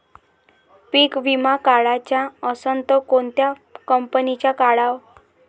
पीक विमा काढाचा असन त कोनत्या कंपनीचा काढाव?